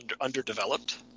underdeveloped